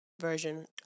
version